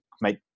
make